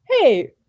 hey